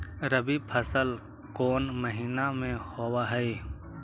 रबी फसल कोन महिना में होब हई?